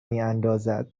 میاندازد